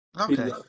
Okay